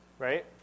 right